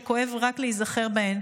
שכואב רק להיזכר בהן,